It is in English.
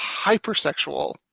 hypersexual